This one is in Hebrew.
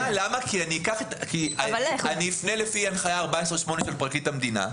אני אפנה לפי הפניה 14(8) של פרקליט המדינה,